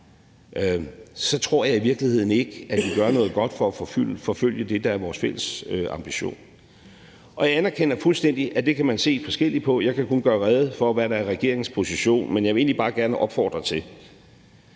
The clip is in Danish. så tror jeg i virkeligheden ikke, at vi gør noget godt for at forfølge det, der er vores fælles ambition. Og jeg anerkender fuldstændig, at det kan man se forskelligt på. Jeg kan kun gøre rede for, hvad der er regeringens position. Men jeg vil egentlig bare gerne opfordre til,